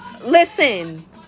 Listen